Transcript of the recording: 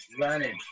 Running